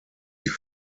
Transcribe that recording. die